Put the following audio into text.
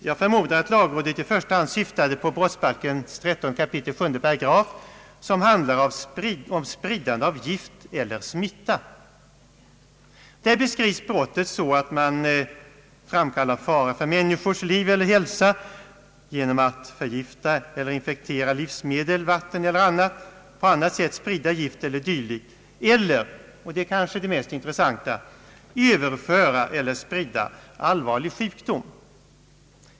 Jag förmodar att lagrådet i första hand syftade på brottsbalkens 13 kap. 7 § som handlar om spridande av gift eller smitta. Där beskrivs brottet så att man framkallar fara för människors liv eller hälsa genom att förgifta eller infektera livsmedel, vatten eller annat, på annat sätt sprida gift eller dylikt eller, och det är kanske det mest intressanta, överföra eller sprida allvarlig sjukdom.